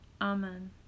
Amen